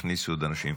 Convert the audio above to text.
הכניסו עוד אנשים.